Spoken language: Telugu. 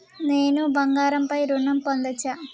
నేను బంగారం పై ఋణం పొందచ్చా?